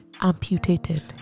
amputated